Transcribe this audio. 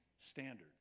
standard